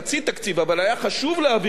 אבל היה חשוב להעביר אותו עכשיו,